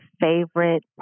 favorite